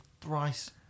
Thrice